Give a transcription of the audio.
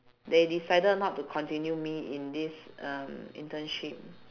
they decided not to continue me in this um internship